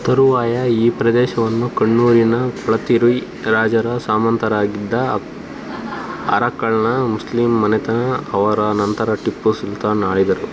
ತರುವಾಯ ಈ ಪ್ರದೇಶವನ್ನು ಕಣ್ಣೂರಿನ ಕೊಳತ್ತಿರಿ ರಾಜರ ಸಾಮಂತರಾಗಿದ್ದ ಅಕ್ ಅರಕ್ಕಳ್ನ ಮುಸ್ಲಿಂ ಮನೆತನ ಅವರ ನಂತರ ಟಿಪ್ಪು ಸುಲ್ತಾನ್ ಆಳಿದರು